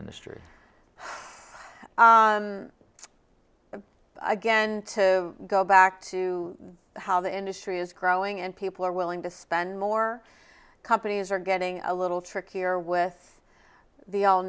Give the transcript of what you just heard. industry again to go back to how the industry is growing and people are willing to spend more companies are getting a little trickier with the all